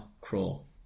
Crawl